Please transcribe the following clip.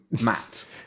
matt